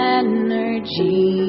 energy